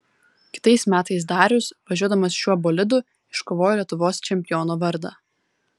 kitais metais darius važiuodamas šiuo bolidu iškovojo lietuvos čempiono vardą